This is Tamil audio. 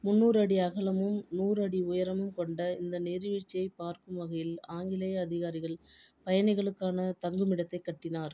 முன்னூறு அடி அகலமும் நூறு அடி உயரமும் கொண்ட இந்த நீர்வீழ்ச்சியைப் பார்க்கும் வகையில் ஆங்கிலேய அதிகாரிகள் பயணிகளுக்கான தங்குமிடத்தைக் கட்டினார்